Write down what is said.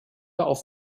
auf